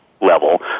level